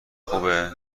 خوبه